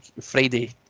Friday